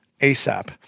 ASAP